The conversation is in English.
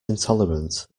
intolerant